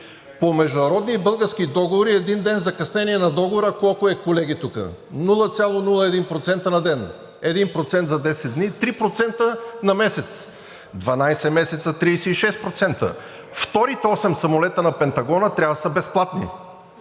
по международни и български договори един ден закъснение на договора, колко е, колеги, тук – 0,01% на ден. Един процент за 10 дни, 3% на месец, 12 месеца – 36%. Вторите осем самолета на Пентагона трябва да са безплатни